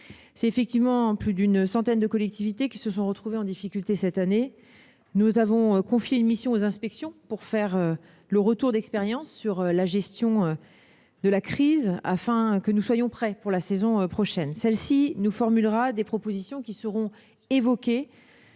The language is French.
des priorités. Plus d'une centaine de collectivités se sont en effet retrouvées en difficulté cette année. Nous avons confié une mission aux inspections pour faire le retour d'expérience sur la gestion de la crise, afin d'être prêts pour la saison prochaine. Cette mission formulera des propositions qui seront évoquées